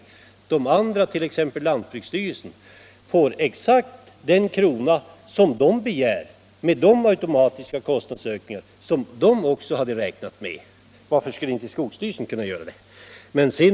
Lantbruksstyrelsen t.ex. får exakt det belopp som man har begärt med hänsyn till de automatiska kostnadsökningar som lantbruksstyrelsen har räknat med. Varför skall då inte skogsstyrelsen få det?